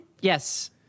yes